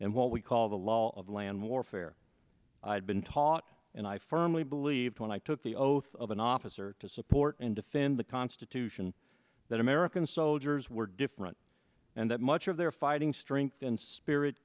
and what we call the law of land warfare i've been taught and i firmly believed when i took the oath of an officer to support and defend the constitution that american soldiers were different and that much of their fighting strength and spirit